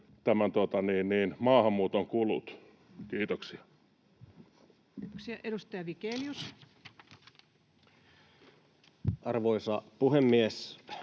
— Kiitos. Kiitoksia. — Edustaja Vigelius. Arvoisa puhemies!